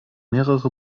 mehrere